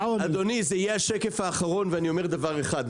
יהיה השקף האחרון ואני אומר דבר אחד.